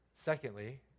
Secondly